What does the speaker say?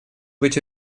быть